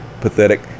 Pathetic